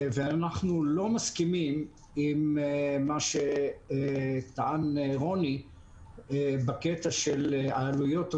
ואנחנו לא מסכימים עם מה שטען רוני בקטע של העלויות הגבוהות.